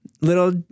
little